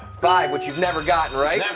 five what you've never gotten, right.